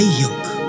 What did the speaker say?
yoke